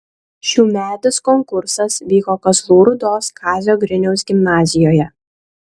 šiųmetis konkursas vyko kazlų rūdos kazio griniaus gimnazijoje